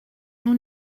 nous